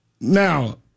now